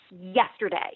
yesterday